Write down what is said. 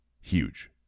huge